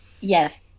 Yes